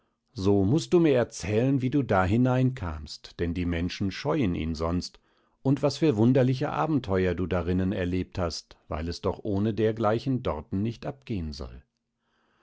so mußt du mir erzählen wie du da hineinkamst denn die menschen scheuen ihn sonst und was für wunderliche abenteuer du darinnen erlebt hast weil es doch ohne dergleichen dorten nicht abgehn soll